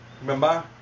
remember